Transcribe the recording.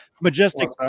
Majestic